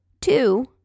Two